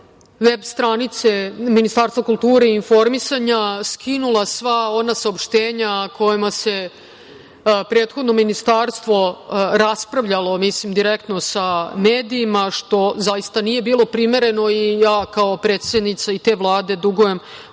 veb stranice Ministarstva kulture i informisanja je skinula sva ona saopštenja kojima se prethodno ministarstvo raspravljalo direktno sa medijima, što zaista nije bilo primereno. Ja kao predsednica i te Vlade dugujem,